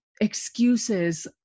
excuses